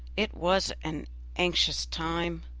it was an anxious time!